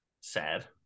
sad